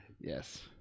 Yes